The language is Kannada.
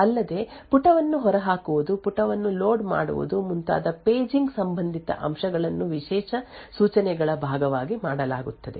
ಅಲ್ಲದೆ ಪುಟವನ್ನು ಹೊರಹಾಕುವುದು ಪುಟವನ್ನು ಲೋಡ್ ಮಾಡುವುದು ಮುಂತಾದ ಪೇಜಿಂಗ್ ಸಂಬಂಧಿತ ಅಂಶಗಳನ್ನು ವಿಶೇಷ ಸೂಚನೆಗಳ ಭಾಗವಾಗಿ ಮಾಡಲಾಗುತ್ತದೆ